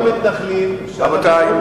מתנחלים, רבותי,